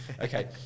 Okay